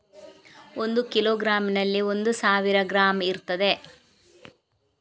ಒಂದು ಕಿಲೋಗ್ರಾಂನಲ್ಲಿ ಒಂದು ಸಾವಿರ ಗ್ರಾಂ ಇರ್ತದೆ